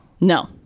No